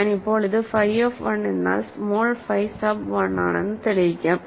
ഞാൻ ഇപ്പോൾ ഇത് ഫൈ ഓഫ് 1 എന്നാൽ സ്മോൾ ഫൈ സബ് 1 ആണെന്ന് തെളിയിക്കാം